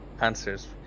answers